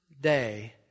day